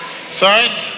Third